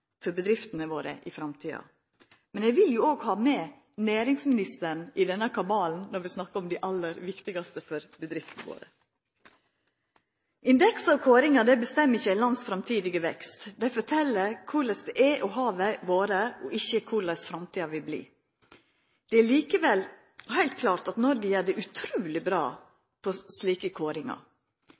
for bedriftene våre i framtida. Men eg vil òg ha med næringsministeren i denne kabalen når vi snakkar om dei aller viktigaste for bedriftene våre. Indeksar og kåringar bestemmer ikkje eit lands framtidige vekst. Dei fortel korleis det er og har vore – ikkje korleis framtida vil verta. Det er likevel heilt klart at Noreg gjer det utruleg bra på slike kåringar.